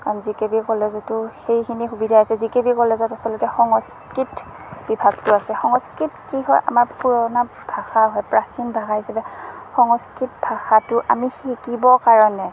কাৰণ G K B কলেজতো সেইখিনি সুবিধা আছে জি কে বি কলেজত আচলতে সংস্কৃত বিভাগটো আছে সংস্কৃত কি হয় আমাৰ পুৰণা ভাষা হয় প্ৰাচীন ভাষা হিচাপে সংস্কৃত ভাষাটো আমি শিকিব কাৰণে